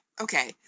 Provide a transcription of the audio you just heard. Okay